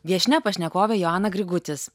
viešnia pašnekovė joana grigutis